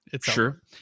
sure